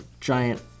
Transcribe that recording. giant